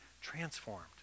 transformed